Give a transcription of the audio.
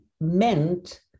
meant